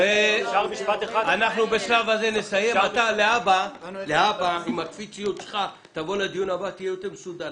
בשלב זה נסיים, לדיון הבא תבוא יותר מסודר.